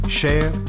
share